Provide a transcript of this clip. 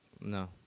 No